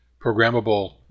programmable